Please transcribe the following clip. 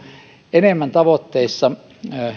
enemmän tavoitteissa